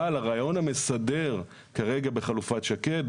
אבל הרעיון המסדר כרגע בחלופת שקד,